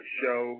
show